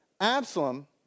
Absalom